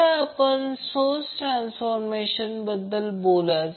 आता आपण source transformation बद्दल बोलूया